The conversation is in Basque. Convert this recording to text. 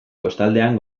kostaldean